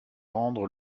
rendre